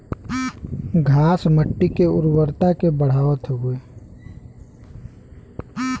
घास मट्टी के उर्वरता के बढ़ावत हउवे